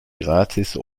gratis